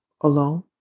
alone